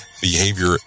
behavior